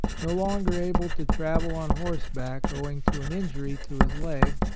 no longer able to travel on horseback owing to an injury to his leg,